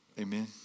Amen